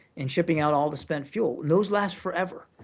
and shipping out all the spent fuel. those last forever,